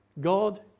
God